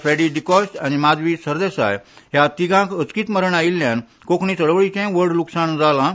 फ्रेडी डिकॉइटा आनी माधवी सरदेसाय हांकां अचकीत मरण आयिल्ल्यान कोंकणी चळवळीचें व्हड लुकसाण जालां